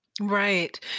Right